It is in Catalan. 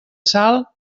sal